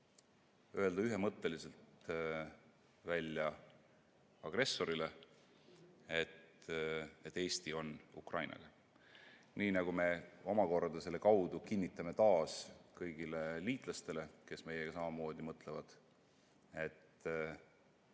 ühemõtteliselt välja öelda, et Eesti on Ukrainaga. Nii nagu me omakorda selle kaudu kinnitame taas kõigile liitlastele, kes meiega samamoodi mõtlevad, et see on